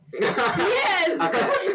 Yes